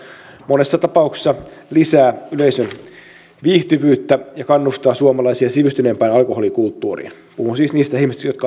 monessa tapauksessa lisää yleisön viihtyvyyttä ja kannustaa suomalaisia sivistyneempään alkoholikulttuuriin puhun siis niistä ihmisistä jotka alkoholia haluavat